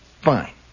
Fine